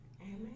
Amen